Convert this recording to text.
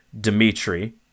Dmitry